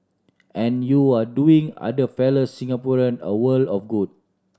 and you're doing other fellow Singaporean a world of good